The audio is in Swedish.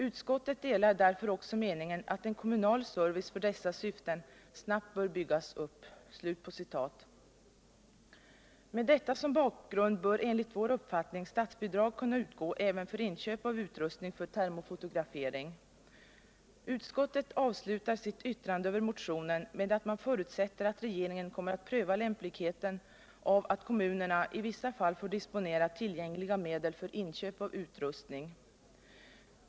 Utskottet delar därför också meningen att en kommunal service för dessa syften snabbt bör byggas upp.” Med detta som bakgrund bör enligt vår uppfattning statsbidrag kunna utgå även för inköp av utrustning för termofotografering. Utskottet avslutar sitt yttrande över motionen med att förutsätta att regeringen kommer att pröva lämpligheten av att kommunerna i vissa fall får disponera tillgängliga medel för inköp av utrustning.